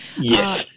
Yes